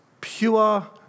pure